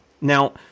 Now